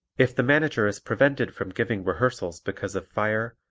if the manager is prevented from giving rehearsals because of fire,